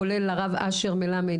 כולל הרב אשר מלמד,